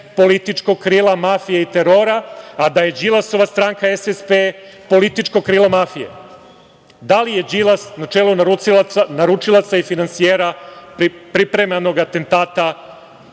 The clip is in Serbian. političkog krila mafije i terora, a da je Đilasova stranka SSP političko krilo mafije. Da li je Đilas na čelu naručilaca i finansijera pripremanog atentata